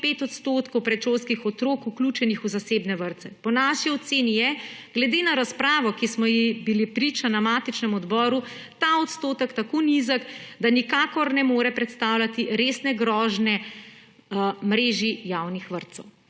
odstotkov predšolskih otrok vključenih v zasebne vrtce. Po naši oceni je glede na razpravo, ki smo ji bili priča na matičnem odboru, ta odstotek tako nizek, da nikakor ne more predstavljati resne grožnje mreži javnih vrtcev.